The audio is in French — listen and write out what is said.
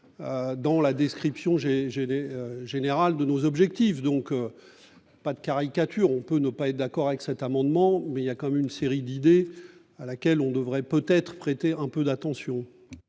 dans la description générale de nos objectifs. Pas de caricature ! On peut ne pas être d'accord avec l'amendement, mais il y a tout de même des idées auxquelles il faudrait peut-être prêter un peu d'attention.